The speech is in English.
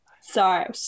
Sorry